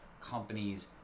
companies